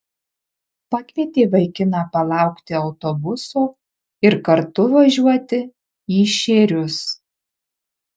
pakvietė vaikiną palaukti autobuso ir kartu važiuoti į šėrius